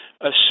Assume